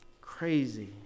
Crazy